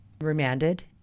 remanded